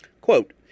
Quote